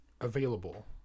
available